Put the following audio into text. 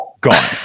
gone